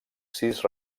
sis